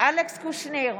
אלכס קושניר,